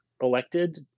elected